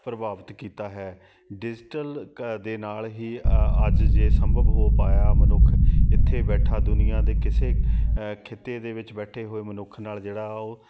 ਪ੍ਰਭਾਵਿਤ ਕੀਤਾ ਹੈ ਡਿਜੀਟਲ ਕ ਦੇ ਨਾਲ ਹੀ ਅੱਜ ਜੇ ਸੰਭਵ ਹੋ ਪਾਇਆ ਮਨੁੱਖ ਇੱਥੇ ਬੈਠਾ ਦੁਨੀਆਂ ਦੇ ਕਿਸੇ ਖਿੱਤੇ ਦੇ ਵਿੱਚ ਬੈਠੇ ਹੋਏ ਮਨੁੱਖ ਨਾਲ ਜਿਹੜਾ ਉਹ